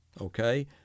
Okay